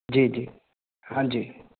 ਜੀ ਜੀ ਹਾਂਜੀ